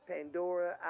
Pandora